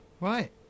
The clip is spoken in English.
Right